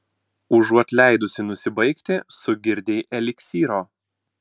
užuot leidusi nusibaigti sugirdei eliksyro